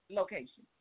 location